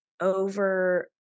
over